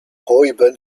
reuben